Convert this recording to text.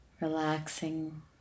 relaxing